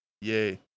Yay